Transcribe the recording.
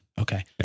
Okay